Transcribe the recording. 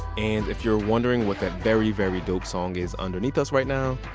and if you're wondering what that very, very dope song is underneath us right now,